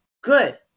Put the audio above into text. good